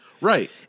Right